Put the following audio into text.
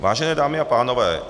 Vážené dámy a pánové.